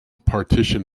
partition